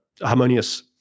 harmonious